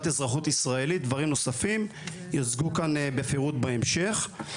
אזרחות ישראלית ודברים נוספים יוצגו כאן בפירוט בהמשך.